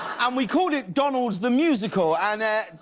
and we called it donald the musical. and